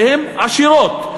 שהן עשירות,